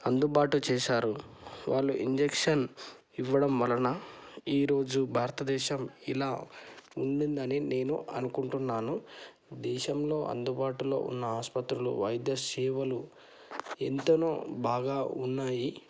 అందుబాటు చేశారు వాళ్ళు ఇంజక్షన్ ఇవ్వడం వలన ఈరోజు భారతదేశం ఇలా ఉండిందని నేను అనుకుంటున్నాను దేశంలో అందుబాటులో ఉన్న ఆస్పత్రులు వైద్య సేవలు ఎంతనో బాగా ఉన్నాయి